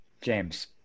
James